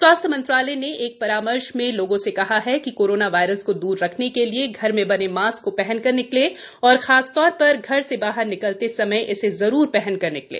स्वास्थ्य मंत्रालय ने एक परामर्श में लोगों से कहा है कि कोरोना वायरस को दूर रखने के लिए घर में बने मास्क् को पहनकर निकलें और खासतौर पर घर से बाहर निकलते समय इसे जरुर पहनकर निकलें